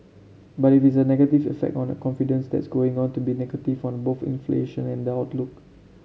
but if it's a negative effect on a confidence that's going to be negative on both inflation and the outlook